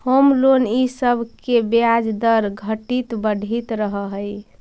home loan इ सब के ब्याज दर घटित बढ़ित रहऽ हई